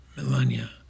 Melania